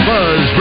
Buzz